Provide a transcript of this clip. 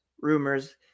rumors